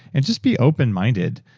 and just be open-minded,